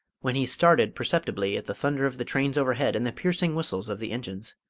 when he started perceptibly at the thunder of the trains overhead and the piercing whistles of the engines.